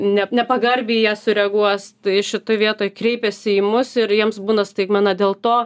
ne nepagarbiai į ją sureaguos tai šitoj vietoj kreipėsi į mus ir jiems būna staigmena dėl to